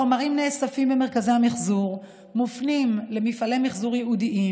החומרים הנאספים במרכזי המחזור מופנים למפעלי מחזור ייעודיים